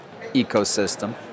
ecosystem